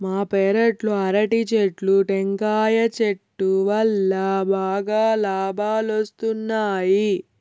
మా పెరట్లో అరటి చెట్లు, టెంకాయల చెట్టు వల్లా బాగా లాబాలొస్తున్నాయి